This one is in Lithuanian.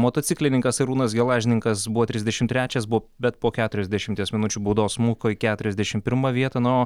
motociklininkas arūnas gelažninkas buvo trisdešim trečias bet po keturiasdešimties minučių baudos smuko į keturiasdešim pirmą vietą na o